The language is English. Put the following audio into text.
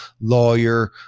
lawyer